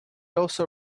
also